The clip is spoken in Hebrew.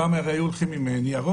פעם הרי הולכים עם ניירות,